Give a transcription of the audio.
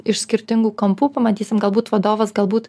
iš skirtingų kampų pamatysim galbūt vadovas galbūt